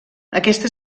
aquesta